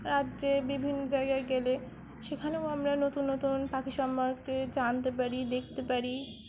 রাজ্যে বিভিন্ন জায়গায় গেলে সেখানেও আমরা নতুন নতুন পাখি সম্পর্কে জানতে পারি দেখতে পারি